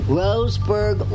roseburg